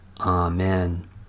Amen